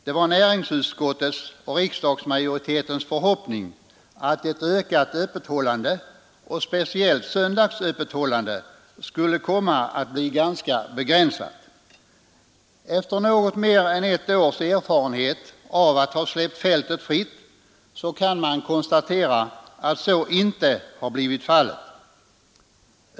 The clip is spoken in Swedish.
Det var näringsutskottets och riksdagsmajoritetens förhoppning att ett ökat öppethållande — speciellt söndagsöppethållande — skulle komma att bli ganska begränsat. Efter något mer än ett års erfarenhet av att ha släppt fältet fritt kan man konstatera att så inte har blivit fallet.